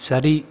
சரி